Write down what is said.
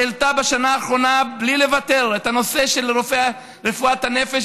שהעלתה בשנה האחרונה בלי לוותר את הנושא של רפואת הנפש,